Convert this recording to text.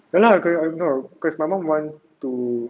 ya lah no cause my mum want to